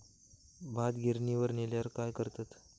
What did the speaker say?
भात गिर्निवर नेल्यार काय करतत?